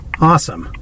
Awesome